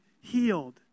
healed